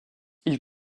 ils